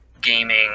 gaming